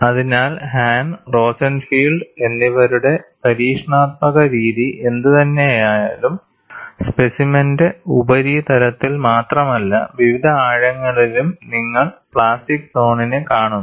അതിനാൽ Han Rosenfield എന്നിവരുടെ പരീക്ഷണാത്മക രീതി എന്തുതന്നെയായാലും സ്പെസിമെന്റെ ഉപരിതലത്തിൽ മാത്രമല്ല വിവിധ ആഴങ്ങളിലും നിങ്ങൾ പ്ലാസ്റ്റിക് സോണിനെ കാണുന്നു